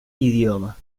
idioma